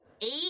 Eight